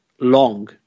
long